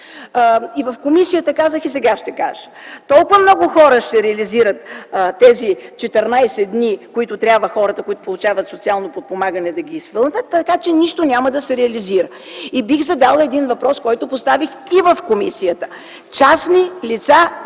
И в комисията казах, и сега ще кажа: толкова много хора ще реализират тези 14 дни, които хората, получаващи социално подпомагане, трябва да ги изпълнят, така че нищо няма да се реализира. Бих задала един въпрос, който поставих и в комисията. Частни лица,